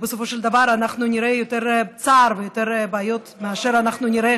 ובסופו של דבר אנחנו נראה יותר צער ויותר בעיות מאשר אנחנו נראה